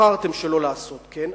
בחרתם שלא לעשות כן,